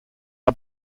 are